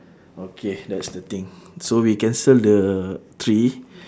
okay that's the thing so we cancel the tree